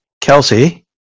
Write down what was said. Kelsey